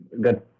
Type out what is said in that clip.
Good